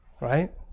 right